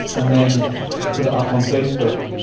and then put it up on facebook.